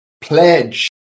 pledge